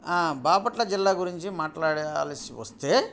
బాపట్ల జిల్లా గురించి మాట్లాడవలసి వస్తే